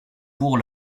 pour